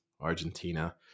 Argentina